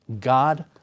God